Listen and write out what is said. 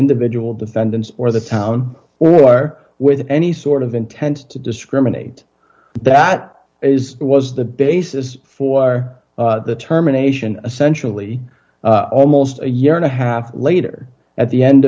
individual defendants or the town or with any sort of intent to discriminate that is was the basis for the terminations essentially almost a year and a half later at the end